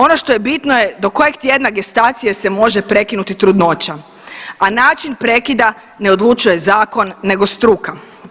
Ono što je bitno do kojeg tjedna gestacije se može prekinuti trudnoća, a način prekida ne odlučuje zakon nego struka.